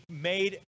made